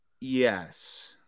Yes